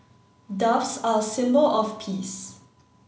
doves are a symbol of peace